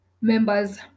members